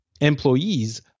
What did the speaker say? employees